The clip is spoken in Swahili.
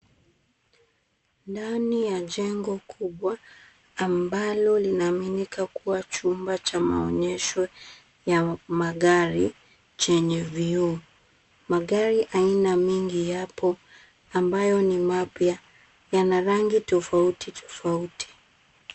Ndani ya jengo kubwa ambalo linaaminika kuwa chumba cha maonyesho ya magari chenye vioo. Magari aina mingi yapo ambayo ni mapya. Yana rangi tofauti tofauti.